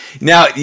now